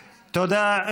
תודה.